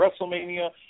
WrestleMania